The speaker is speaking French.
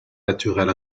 naturel